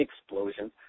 explosion